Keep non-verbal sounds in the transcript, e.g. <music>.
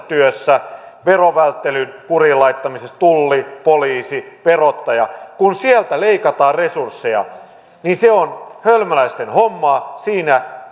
<unintelligible> työssä verovälttelyn kuriin laittamisessa tulli poliisi verottaja kun sieltä leikataan resursseja niin se on hölmöläisten hommaa siinä <unintelligible>